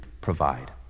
provide